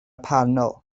panel